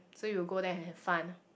so you go there and have fun